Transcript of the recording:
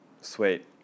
sweet